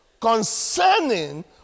concerning